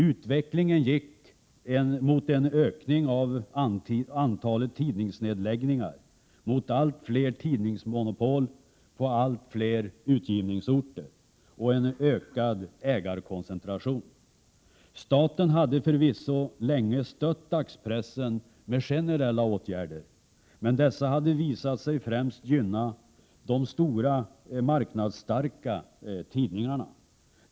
Utvecklingen gick mot en ökning av antalet tidningsnedläggningar, mot allt fler tidningsmonopol på allt fler utgivningsorter och mot en ökad ägarkoncentration. Staten hade förvisso länge stött dagspressen med generella åtgärder, men dessa hade visat sig främst gynna de stora, marknadsstarka tidningarna.